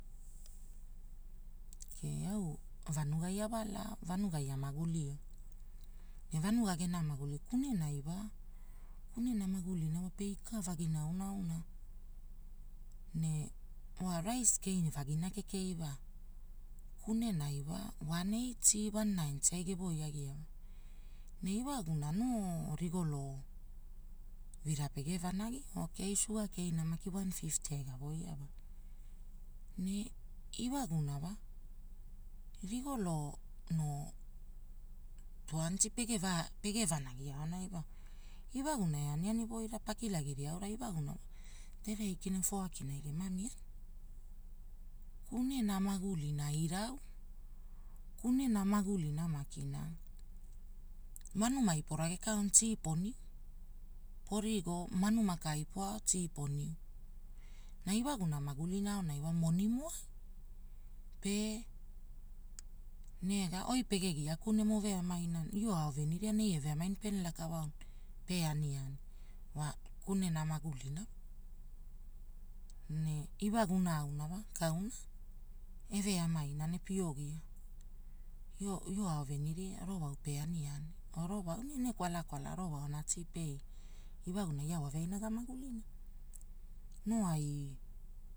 Oo keii au wa vanugai awalao, vanugai amagulio, ne vanuga gena maguli, kunenai wa kunena gena magulina pe ika vagina auna auna. Ne, wa rice keivagi kekei wa, kunenai wa wan eiity wan naity ai gevoiagiawai. Na iwaguna noo rigolo vira pege vanagi ookei suga keina maki wa fiify ai gavaawai nee iwagumona, rigolo, noo tuwanty pege vanagi wa, iwagura aniani woira wa pakilagira aorai wa terei kina foa kina gema miana. Kunena magulina irau, kunena magulina makina, wanumai paragekau ne tii poniu, porigo maanuma kaai poao tii poiu. Na iwaguna magulina aonai wa monimo, pe nega oi pe gia kuremu ove amaina, io ao veniria neia eve amaina pene laka wau pe aniani. Wa kunena magulina, ne iwaguna auna wa kauna e eve amaina pio gia io, io ao veniria rowau pe aniani, rowau nee ene kwala kwala rowau tii pe ii, iwaguna ia wave aina gamagulina, noo ai